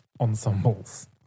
ensembles